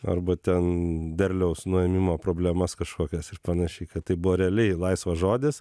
arba ten derliaus nuėmimo problemas kažkokias ir panašiai kad tai buvo realiai laisvas žodis